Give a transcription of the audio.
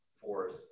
force